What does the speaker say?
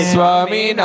Swami